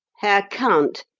herr count,